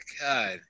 God